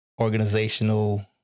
organizational